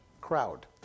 crowd